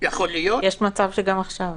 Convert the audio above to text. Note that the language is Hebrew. יכול להיות --- יש מצב שגם עכשיו.